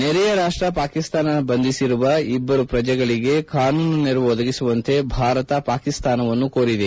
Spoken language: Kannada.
ನೆರೆಯ ರಾಷ್ಟ ಪಾಕಿಸ್ತಾನ ಬಂಧಿಸಿರುವ ಇಬ್ದರು ಪ್ರಜೆಗಳಿಗೆ ಕಾನೂನು ನೆರವು ಒದಗಿಸುವಂತೆ ಭಾರತ ಪಾಕಿಸ್ತಾನವನ್ನು ಕೋರಿದೆ